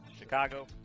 Chicago